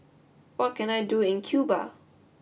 what can I do in Cuba